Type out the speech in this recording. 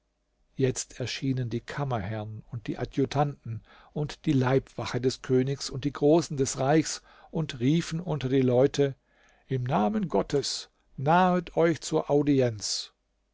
jetzt erschienen die kammerherrn und adjutanten und die leibwache des königs und die großen des reichs und riefen unter die leute im namen gottes nahet euch zur audienz